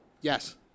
Yes